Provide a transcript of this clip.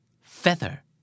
Feather